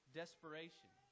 desperation